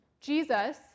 Jesus